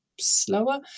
slower